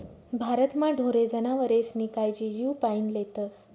भारतमा ढोरे जनावरेस्नी कायजी जीवपाईन लेतस